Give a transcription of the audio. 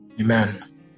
Amen